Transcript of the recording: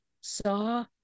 Saw